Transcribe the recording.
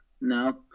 No